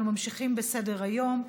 אנחנו ממשיכים בסדר-היום.